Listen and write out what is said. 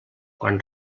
quan